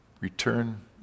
Return